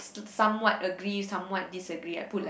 somewhat agree somewhat disagree I put like